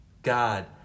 God